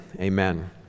amen